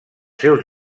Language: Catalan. seus